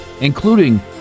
including